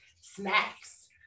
snacks